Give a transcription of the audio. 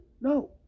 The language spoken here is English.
No